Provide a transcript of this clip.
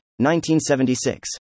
1976